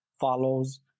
follows